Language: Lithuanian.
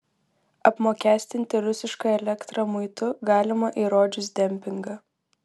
apmokestinti rusišką elektrą muitu galima įrodžius dempingą